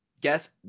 Guess